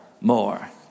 more